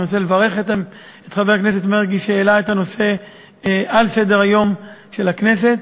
אני רוצה לברך את חבר הכנסת מרגי שהעלה את הנושא על סדר-היום של הכנסת